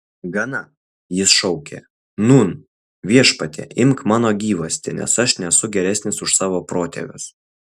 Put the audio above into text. gana jis šaukė nūn viešpatie imk mano gyvastį nes aš nesu geresnis už savo protėvius